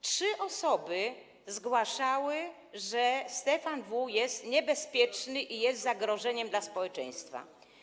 Trzy osoby zgłaszały, że Stefan W. jest niebezpieczny i jest zagrożeniem dla społeczeństwa.